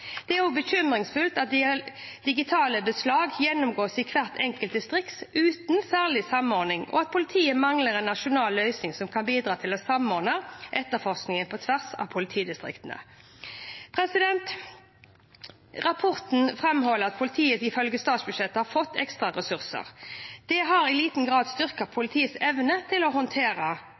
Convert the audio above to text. Det er også bekymringsfullt at digitale beslag gjennomgås i hvert enkelt distrikt uten særlig samordning, og at politiet mangler en nasjonal løsning som kan bidra til å samordne etterforskningen på tvers av politidistriktene. Rapporten framholder at politiet ifølge statsbudsjettene har fått ekstra ressurser. Det har i liten grad styrket politiets evne til å håndtere